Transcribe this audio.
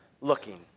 looking